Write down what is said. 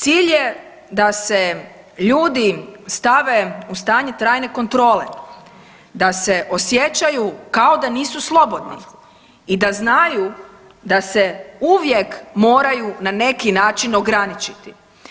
Cilj je da se ljudi stave u stanje trajne kontrole, da se osjećaju kao da nisu slobodni i da znaju da se uvijek moraju na neki način ograničiti.